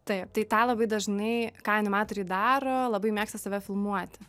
taip tai tą labai dažnai ką animatoriai daro labai mėgsta save filmuoti